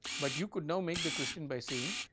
but you could now make the question by saying